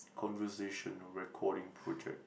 conversational recording project